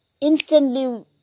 Instantly